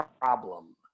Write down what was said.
problem